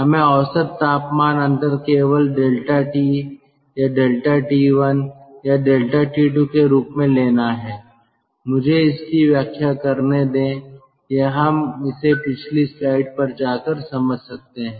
हमें औसत तापमान अंतर केवल ∆T या ∆T1 या ∆T2 के रूप में लेना है मुझे इसकी व्याख्या करने दें या हम इसे पिछली स्लाइड पर जाकर समझ सकते हैं